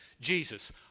Jesus